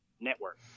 network